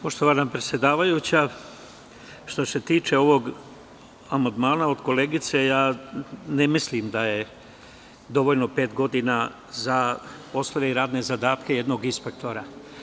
Poštovana predsedavajuća, što se tiče ovog amandmana od koleginice, ne mislim da je dovoljno pet godina za poslove i radne zadatke jednog inspektora.